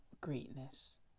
greatness